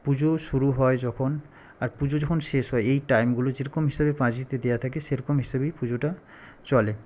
পুজো শুরু হয় যখন আর পুজো যখন শেষ হয় এই টাইমগুলো যেরকম হিসাবে পাঁজিতে দেওয়া থাকে সেরকম হিসাবেই পুজোটা চলে